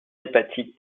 hépatique